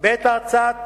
בעת הכנת הצעת